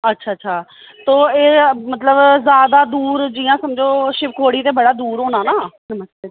अच्छा अच्छा तो एह् ऐ मतलब ज्यादा दूर जियां समझो शिवखोड़ी ते बड़ा दूर होना न